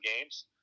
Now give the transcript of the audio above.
games